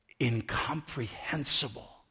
incomprehensible